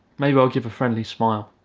maybe i'll give a friendly smile.